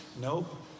Nope